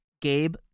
Gabe